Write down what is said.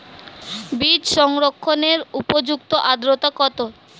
বীজ সংরক্ষণের উপযুক্ত আদ্রতা কত?